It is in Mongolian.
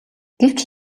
гэвч